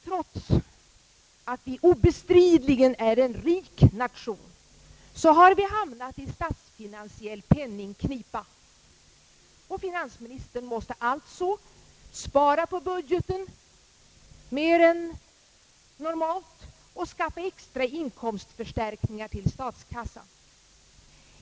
Trots att vi obestridligen är en rik nation har vi hamnat i statsfinansiell penningknipa, och «finansministern måste alltså spara på budgeten mer än normalt och skaffa extra inkomstförstärkningar till statskassan.